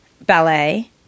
ballet